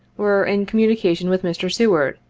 were in communication with mr. seward,